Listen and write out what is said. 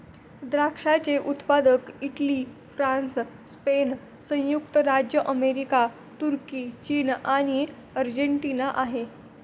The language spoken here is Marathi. द्राक्षाचे उत्पादक इटली, फ्रान्स, स्पेन, संयुक्त राज्य अमेरिका, तुर्की, चीन आणि अर्जेंटिना आहे